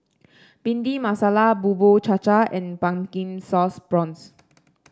Bhindi Masala Bubur Cha Cha and Pumpkin Sauce Prawns